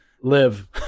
live